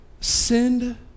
send